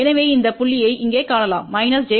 எனவே இந்த புள்ளியை இங்கே காணலாம் j 1